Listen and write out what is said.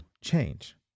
change